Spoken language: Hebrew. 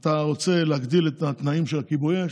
אתה רוצה להגדיל את התנאים של הכיבוי אש?